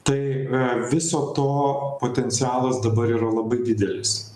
tai viso to potencialas dabar yra labai didelis